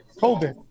COVID